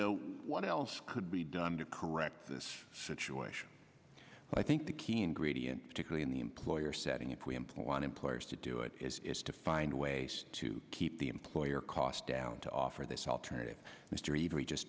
know what else could be done to correct this situation i think the key ingredient particularly in the employer setting if we employ on employers to do it is to find ways to keep the employer cost down to offer this alternative history